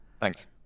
Thanks